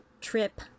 trip